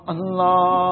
Allah